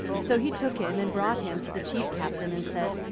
so he took him, and brought him to the chief captain, and said,